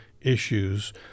issues